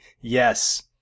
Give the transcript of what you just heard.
yes